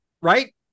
right